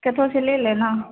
कतहुँसँ ले ले ने